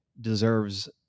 deserves